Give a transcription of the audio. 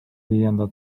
viienda